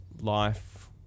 life